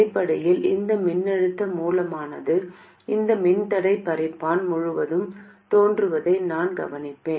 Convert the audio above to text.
அடிப்படையில் இந்த மின்னழுத்த மூலமானது இந்த மின்தடை பிரிப்பான் முழுவதும் தோன்றுவதை நான் கவனிப்பேன்